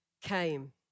came